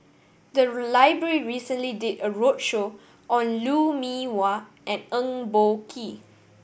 the library recently did a roadshow on Lou Mee Wah and Eng Boh Kee